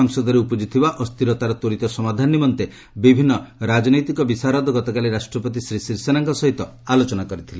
ସଂସଦରେ ଉପୁଜିଥିବା ଅସ୍ଥିରତାର ତ୍ୱରିତ ସମାଧାନ ନିମନ୍ତେ ବିଭିନ୍ନ ରାଜନୀତି ବିଶାରଦ ଗତକାଲି ରାଷ୍ଟ୍ରପତି ଶ୍ରୀ ସିରିସେନାଙ୍କ ସହିତ ଆଲୋଚନା କରିଥିଲେ